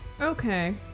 Okay